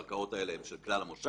הקרקעות האלה הן של כלל המושב,